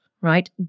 right